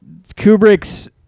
kubrick's